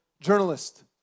journalist